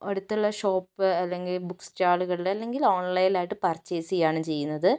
അടുത്തുള്ള ഷോപ്പ് അല്ലെങ്കിൽ ബുക്ക് സ്റ്റാളുകളിൽ അല്ലെങ്കിൽ ഓൺലൈനിലായിട്ട് പർച്ചേസ് ചെയ്യുകയാണ് ചെയ്യുന്നത്